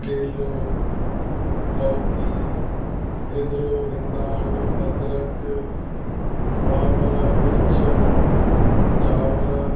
केलो लौकी गिदरो ईंदाड़ो अद्रक वाङण मिर्चु चावरु